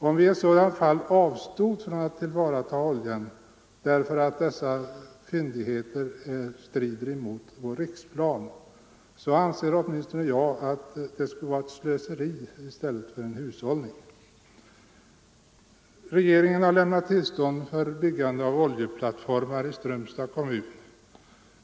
Om vi i ett sådant fall avstod från att tillvarata oljan därför att det skulle strida mot riksplanen anser åtminstone jag, att detta skulle vara slöseri i stället för hushållning. Regeringen har lämnat tillstånd för byggande av oljeplattformar i Strömstads kommun.